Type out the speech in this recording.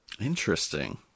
Interesting